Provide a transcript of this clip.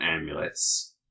amulets